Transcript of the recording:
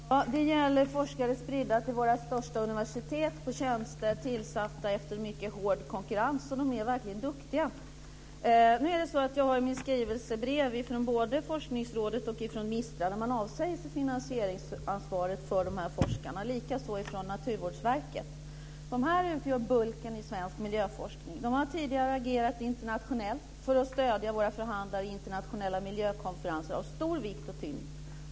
Fru talman! Det gäller forskare spridda på våra största universitet på tjänster tillsatta efter mycket hård konkurrens. De är verkligen duktiga. Nu är det så att jag i min skrivelse har brev från både Forskningsrådet och MISTRA där man avsäger sig finansieringsansvaret för de här forskarna, likaså från Naturvårdsverket. Dessa utgör tillsammans bulken i svensk miljöforskning. De har tidigare agerat internationellt för att stödja våra förhandlare vid internationella miljökonferenser av stor vikt och tyngd.